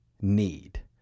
need